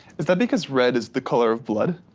is that because red is the color of blood,